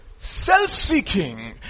self-seeking